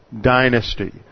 dynasty